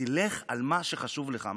תלך על מה שחשוב לך,